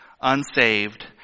unsaved